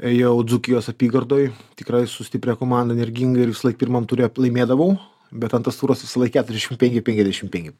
jau dzūkijos apygardoj tikrai su stipria komanda energingai ir visąlaik pirmam ture p laimėdavau bet antras turas visąlaik keturiasdešim penki penkiasdešim penki